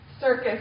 circus